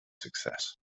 success